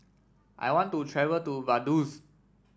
I want to travel to Vaduz